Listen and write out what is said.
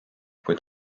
kuid